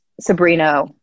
sabrina